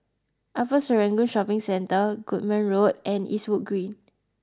Upper Serangoon Shopping Centre Goodman Road and Eastwood Green